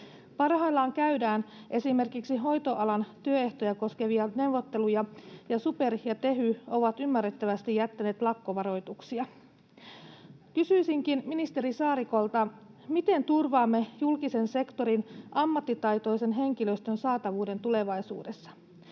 Parhaillaan käydään esimerkiksi hoitoalan työehtoja koskevia neuvotteluja, ja SuPer ja Tehy ovat ymmärrettävästi jättäneet lakkovaroituksia. Kysyisinkin ministeri Saarikolta: Miten turvaamme julkisen sektorin ammattitaitoisen henkilöstön saatavuuden tulevaisuudessa?